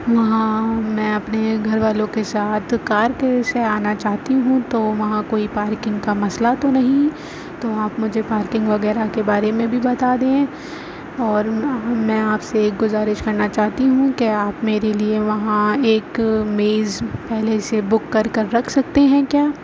وہاں میں اپنے گھر والوں کے ساتھ کار کے سے آنا چاہتی ہوں تو وہاں کوئی پارکنگ کا مسئلہ تو نہیں تو آپ مجھے پارکنگ وغیرہ کے بارے میں بھی بتا دیں اور میں آپ سے ایک گزارش کرنا چاہتی ہوں کہ آپ میرے لیے وہاں ایک میز پہلے سے بک کر کر رکھ سکتے ہیں کیا